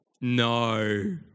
No